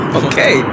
okay